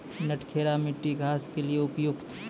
नटखेरा मिट्टी घास के लिए उपयुक्त?